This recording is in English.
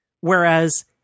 Whereas